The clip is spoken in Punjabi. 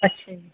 ਅੱਛਿਆ ਜੀ